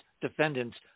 defendants